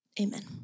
Amen